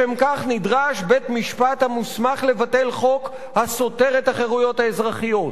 לשם כך נדרש בית-משפט המוסמך לבטל חוק הסותר את החירויות האזרחיות.